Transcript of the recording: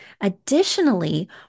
Additionally